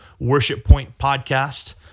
worshippointpodcast